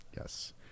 Yes